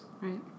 Right